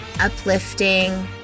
uplifting